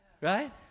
Right